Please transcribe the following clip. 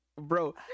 bro